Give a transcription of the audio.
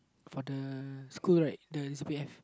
but the school right the is a bit have